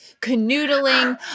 canoodling